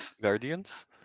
Guardians